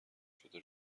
شده